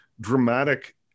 dramatic